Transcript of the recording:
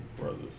brothers